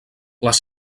les